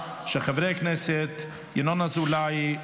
של חברי הכנסת ינון אזולאי,